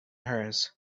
hers